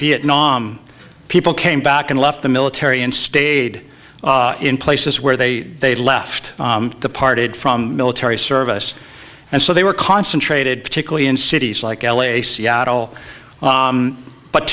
vietnam people came back and left the military and stayed in places where they they left the parted from military service and so they were concentrated particularly in cities like l a seattle